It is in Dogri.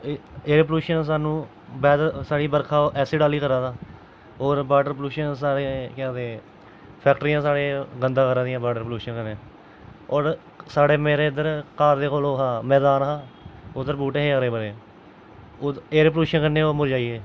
एह् एयर पोल्लुशन सानू वैदर साढ़ी बरखा ऐसिड आह्ली करै दा होर बाटर पोल्लुशन साढ़े केह् आखदे फैक्टरियां साढ़े गंदा करै दियां वाटर पोल्लुशन कन्नै होर साढ़े मेरे इद्धर घरै दे कोल ओह् हा मैदान हा उद्धर बूह्टे हे हरे भरे एयर पोल्लुशन कन्नै ओह् मुरझाइयै